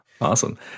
Awesome